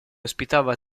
ospitava